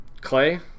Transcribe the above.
Clay